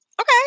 Okay